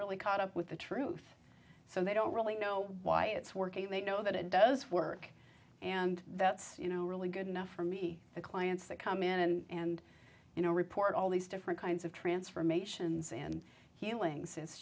really caught up with the truth so they don't really know why it's working and they know that it does work and that's you know really good enough for me the clients that come in and you know report all these different kinds of transformations and healing